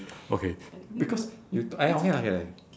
okay because you